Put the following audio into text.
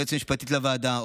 היועצת המשפטית לוועדה,